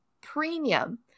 premium